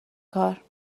کار